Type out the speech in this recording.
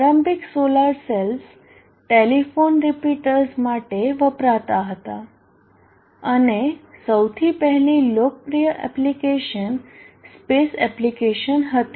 પ્રારંભિક solar cells telephone repeaters માટે વપરાતા હતા અને સૌથી પહેલી લોકપ્રિય એપ્લિકેશન સ્પેસ એપ્લિકેશન હતી